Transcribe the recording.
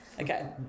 Okay